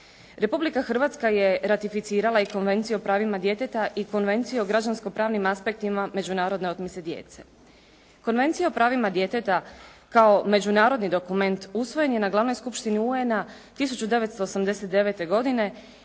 Republike Hrvatska je ratificirala i Konvenciju o pravima djeteta i Konvenciju o građanskopravnim aspektima međunarodne otmice djece. Konvencija o pravima djeteta kao međunarodni dokument usvojen je na glavnoj skupštini UN-a 1989. godine